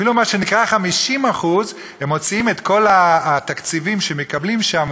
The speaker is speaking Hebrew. אפילו מה שנקרא 50% הם מוציאים את כל התקציבים שמקבלים שם,